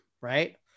Right